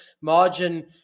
margin